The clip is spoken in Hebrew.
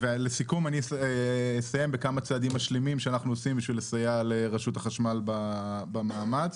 בשביל לסייע לרשות החשמל במאמץ.